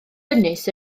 ynys